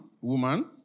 woman